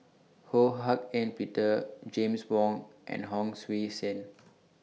Ho Hak Ean Peter James Wong and Hon Sui Sen